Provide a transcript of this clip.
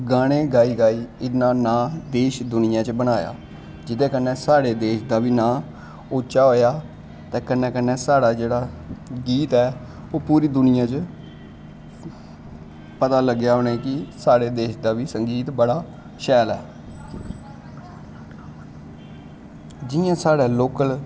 गानें गाई गाई देश दुनियां च बनाया जेह्दै कन्नै साढ़े देश दा बी नांऽ उच्चा होया ते कन्नै कन्नै साढ़ा जेह्ड़ा गीत ऐ ओह् पूरी दुनियां च पता लग्गेआ उनेंगी साढ़े देश दा बी संगीत बड़ा शैल ऐ जियां साढ़ै लोकल